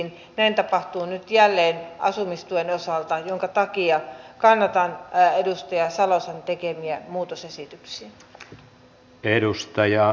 näin tapahtuu nyt jälleen asumistuen osalta minkä takia kannatan edustaja salosen tekemiä muutosesityksiä